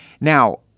Now